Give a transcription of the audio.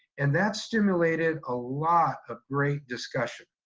and that stimulated a lot of great discussion.